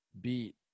beat